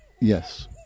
Yes